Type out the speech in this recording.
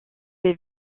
ces